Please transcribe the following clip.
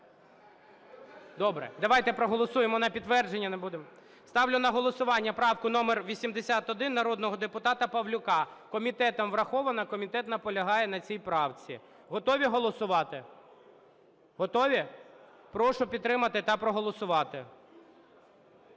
Добре, давайте проголосуємо на підтвердження, не будемо… Ставлю на голосування правку номер 81 народного депутата Павлюка. Комітетом врахована, комітет наполягає на цій правці. Готові голосувати? Готові? Прошу підтримати та проголосувати.